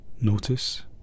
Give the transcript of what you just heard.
notice